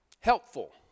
Helpful